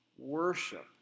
Worship